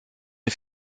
est